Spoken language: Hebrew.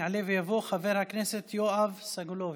יעלה ויבוא חבר הכנסת יואב סגלוביץ'.